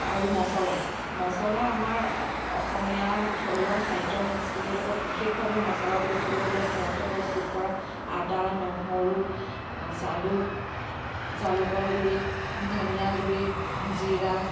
আৰু মছলা মছলা আমাৰ অসমীয়া থলুৱা খাদ্য সংস্কৃতিৰ লগত বিশেষভাৱে মছলা বুলি ক'বলৈ গ'লে ঘৰতে প্ৰস্তুত কৰা আদা নহৰু জালুক জালুকৰ গুড়ি ধনীয়া গুড়ি জিৰা